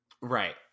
right